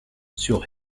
sur